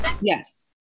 Yes